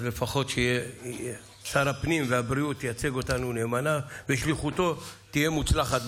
אז לפחות ששר הפנים והבריאות ייצג אותנו נאמנה ושליחותו תהיה מוצלחת,